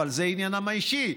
אבל זה עניינם האישי,